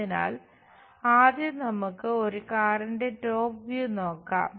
അതിനാൽ ആദ്യം നമുക്ക് ഒരു കാറിന്റെ ടോപ് വ്യൂ നോക്കാം